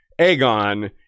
Aegon